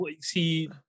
see